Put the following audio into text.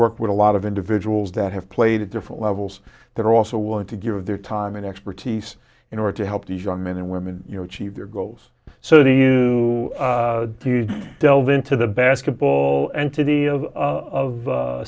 worked with a lot of individuals that have played at different levels that are also willing to give their time and expertise in order to help these young men and women you know cheat their goals so the you delve into the basketball entity of